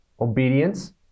Obedience